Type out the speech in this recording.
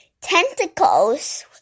tentacles